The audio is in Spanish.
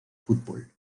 fútbol